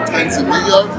Tanzania